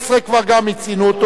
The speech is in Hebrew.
גם מיצינו אותו.